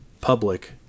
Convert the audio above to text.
public